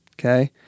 Okay